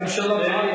הממשלה,